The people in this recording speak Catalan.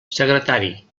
secretari